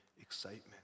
excitement